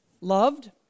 Loved